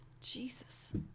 Jesus